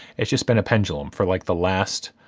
it's just been a pendulum, for like, the last.